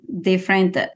different